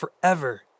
forever